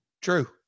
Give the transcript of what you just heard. True